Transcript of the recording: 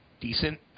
decent